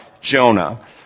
Jonah